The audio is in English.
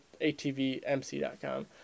atvmc.com